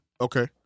Okay